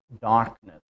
darkness